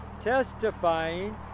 testifying